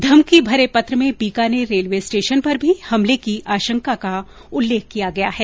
धमकी भरे पत्र में बीकानेर रेलवे स्टेशन पर भी हमले की आशंका का उल्लेख किया गया है